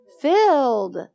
filled